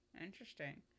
Interesting